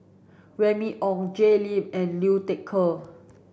Remy Ong Jay Lim and Liu Thai Ker